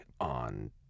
on